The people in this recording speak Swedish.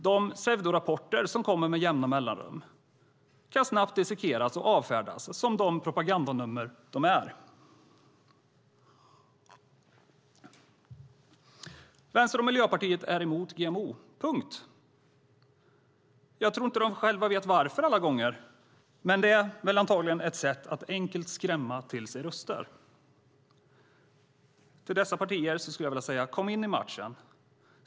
De pseudorapporter som kommer med jämna mellanrum kan snabbt dissekeras och avfärdas som de propagandanummer de är. Vänsterpartiet och Miljöpartiet är emot GMO - punkt. Jag tror inte att de själva vet varför alla gånger. Men det är väl antagligen ett sätt att enkelt skrämma till sig röster. Till dessa partier skulle jag vilja säga: Kom in i matchen!